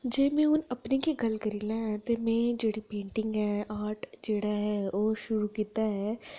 जे में अपनी गै गल्ल करी लै ते में जेह्ड़ी पेंटिंग ऐ आर्ट जेह्ड़ा ऐ ओह् शुरू कीता ऐ